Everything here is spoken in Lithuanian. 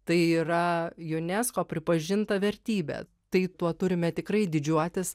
tai yra unesco pripažinta vertybė tai tuo turime tikrai didžiuotis